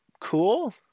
Cool